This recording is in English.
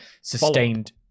sustained